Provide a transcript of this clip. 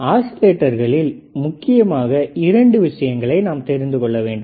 ஆஸிலேட்டர்களில் முக்கியமாக இரண்டு விஷயங்களை நாம் தெரிந்துகொள்ள வேண்டும்